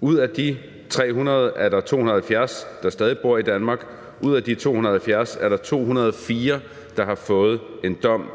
Ud af de 300 er der 270, der stadig bor i Danmark, og ud af de 270 er der 204, der har fået en dom.